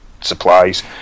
supplies